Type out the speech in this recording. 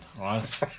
right